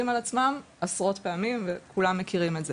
על עצמם עשרות פעמים וכולם מכירים את זה.